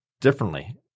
differently